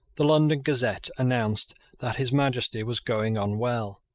the london gazette announced that his majesty was going on well,